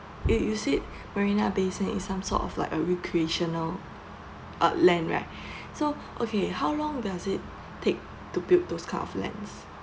you you said marina bay sand is some sort of like a recreational uh land right so okay how long does it take to build those kind of land